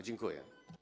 Dziękuję.